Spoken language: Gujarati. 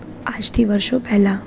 આજથી વર્ષો પહેલાં